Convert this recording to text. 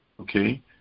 Okay